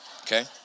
Okay